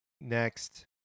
next